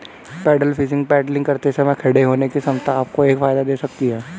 pedal fishing paddling करते समय खड़े होने की क्षमता आपको एक फायदा दे सकती है